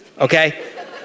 Okay